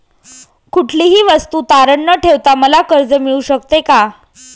कुठलीही वस्तू तारण न ठेवता मला कर्ज मिळू शकते का?